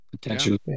Potentially